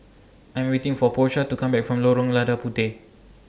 I'm waiting For Porsha to Come Back from Lorong Lada Puteh